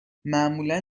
معمولا